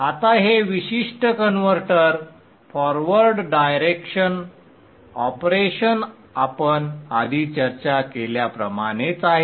आता हे विशिष्ट कन्व्हर्टर फॉरवर्ड डायरेक्शन ऑपरेशन आपण आधी चर्चा केल्याप्रमाणेच आहे